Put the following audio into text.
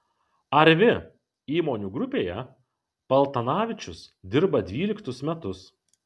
arvi įmonių grupėje paltanavičius dirba dvyliktus metus